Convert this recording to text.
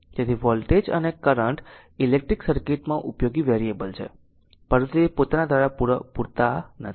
તેથી વોલ્ટેજ અને current electric સર્કિટમાં ઉપયોગી વેરિયેબલ છે પરંતુ તે પોતાને દ્વારા પૂરતા નથી